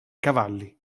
cavalli